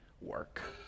work